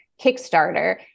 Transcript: Kickstarter